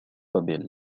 بيل